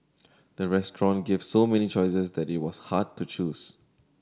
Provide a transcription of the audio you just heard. the restaurant gave so many choices that it was hard to choose